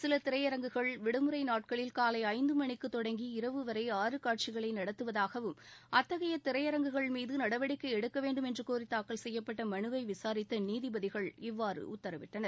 சில திரையரங்குகள் விடுமுறை நாட்களில் காலை ஐந்து மணிக்குத் தொடங்கி இரவு வரை ஆறு காட்சிகளை நடத்துவதாகவும் அத்தகைய திரையரங்குகள் மீது நடவடிக்கை எடுக்க வேண்டும் என்று கோரி தாக்கல் செய்யப்பட்ட மனுவை விசாரித்த நீதிபதிகள் இவ்வாறு உத்தரவிட்டனர்